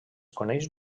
coneix